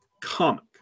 comic